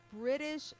British